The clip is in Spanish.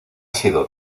sido